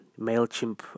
MailChimp